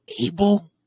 able